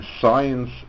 science